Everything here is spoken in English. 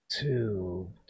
Two